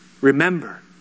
Remember